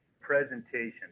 presentation